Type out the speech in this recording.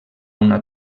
una